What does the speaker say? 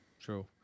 True